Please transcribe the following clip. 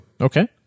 Okay